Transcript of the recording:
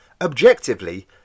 Objectively